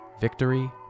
Victory